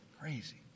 Crazy